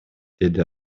деди